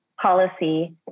Policy